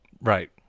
right